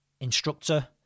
instructor